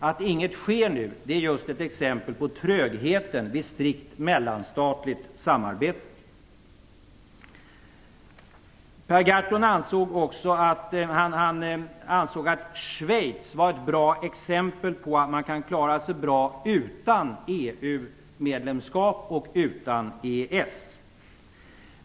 Att inget sker nu är just ett exempel på trögheten i ett strikt mellanstatligt samarbete. Per Gahrton ansåg också att Schweiz var ett bra exempel på att man kan klara sig bra utan ett EU medlemskap och ett EES-avtal.